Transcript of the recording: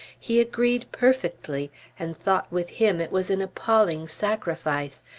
he agreed perfectly and thought with him it was an appalling sacrifice,